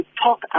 Talk